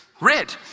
Red